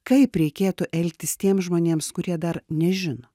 kaip reikėtų elgtis tiems žmonėms kurie dar nežino